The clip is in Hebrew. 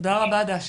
תודה רבה דאשה,